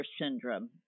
syndrome